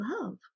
love